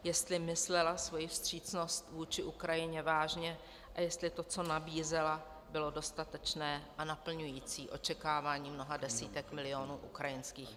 Jestli myslela svoji vstřícnost vůči Ukrajině vážně a jestli to, co nabízela, bylo dostatečné a naplňující očekávání mnoha desítek milionů ukrajinských obyvatel.